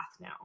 now